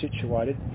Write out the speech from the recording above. situated